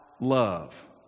love